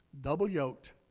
double-yoked